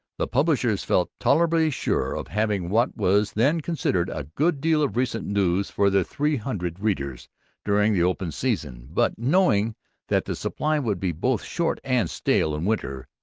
the publishers felt tolerably sure of having what was then considered a good deal of recent news for their three hundred readers during the open season. but, knowing that the supply would be both short and stale in winter,